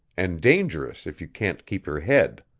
and dangerous if you can't keep your head.